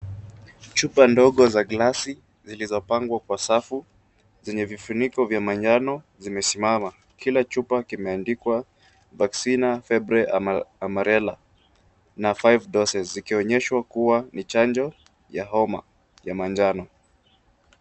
Chupa ndogo za glasi zilizopangwa kwa safu, zenye vifuniko vya manjano zimesimama. Kila chupa kimeandikwa [ cs] vaccine febre amarella na five doses zikionyesha kuwa ni